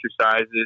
exercises